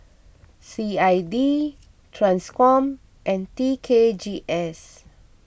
C I D Transcom and T K G S